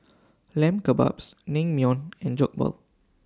Lamb Kebabs Naengmyeon and Jokbal